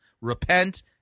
Repent